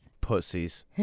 Pussies